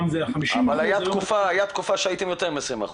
אבל הייתה תקופה שהייתם יותר מ-20%.